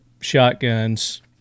shotguns